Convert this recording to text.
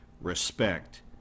respect